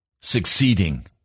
succeeding